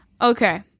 Okay